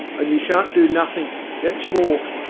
an' you sha'n't do nothink, that's more.